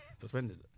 suspended